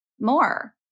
more